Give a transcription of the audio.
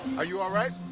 are you alright?